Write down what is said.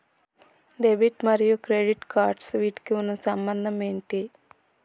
Debit మరియు credit cards వీటికి ఉన్న సంబంధం ఏంటి?